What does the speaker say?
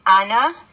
Anna